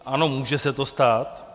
Ano, může se to stát.